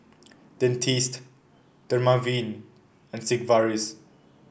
Dentiste Dermaveen and Sigvaris